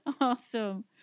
Awesome